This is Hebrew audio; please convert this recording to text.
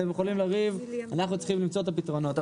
אתם יכולים לריב ואנחנו צריכים למצוא את הפתרונות.